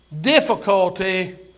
difficulty